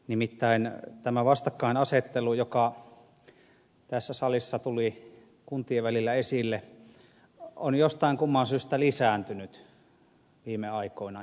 nimittäin vastakkainasettelu joka tässä salissa tuli kuntien välillä esille on jostain kumman syystä lisääntynyt viime aikoina